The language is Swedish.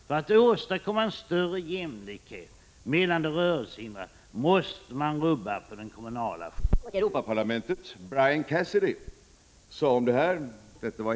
För att åstadkomma en större jämlikhet mellan de rörelsehindrade måste man rubba på den kommunala självbestämmanderätten, och det har tyvärr inte varit socialutskottets mening.